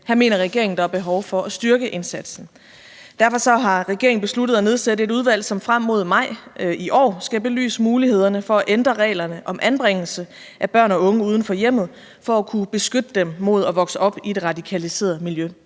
Her mener regeringen, at der er behov for at styrke indsatsen. Derfor har regeringen besluttet at nedsætte et udvalg, som frem mod maj i år skal belyse mulighederne for at ændre reglerne om anbringelse af børn og unge uden for hjemmet for at kunne beskytte dem mod at vokse op i et radikaliseret miljø,